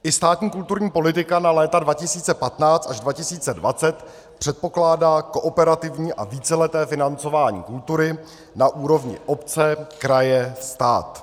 I státní kulturní politika na léta 2015 až 2020 předpokládá kooperativní a víceleté financování kultury na úrovni obce kraje stát.